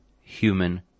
human